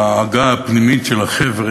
בעגה הפנימית של החבר'ה,